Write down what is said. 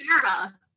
Sarah